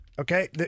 Okay